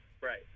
Right